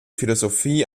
philosophie